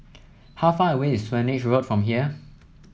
how far away is Swanage Road from here